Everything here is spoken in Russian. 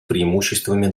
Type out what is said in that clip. преимуществами